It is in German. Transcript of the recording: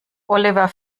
oliver